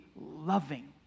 loving